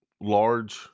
large